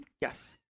Yes